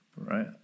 Right